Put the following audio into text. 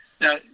Now